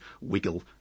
wiggle